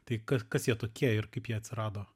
tai kad kas jie tokie ir kaip jie atsirado